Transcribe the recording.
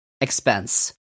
expense